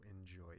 enjoy